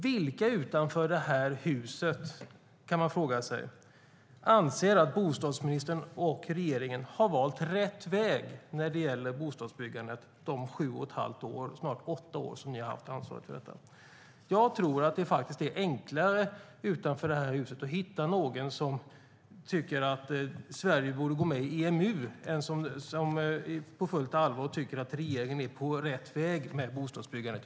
Vilka utanför detta hus anser att bostadsministern och regeringen har valt rätt väg när det gäller bostadsbyggandet under de sju och ett halvt år, snart åtta år, som ni har haft ansvaret för detta? Jag tror faktiskt att det är enklare att hitta någon utanför detta hus som tycker att Sverige borde gå med i EMU än som på fullt allvar tycker att regeringen är på rätt väg med bostadsbyggandet.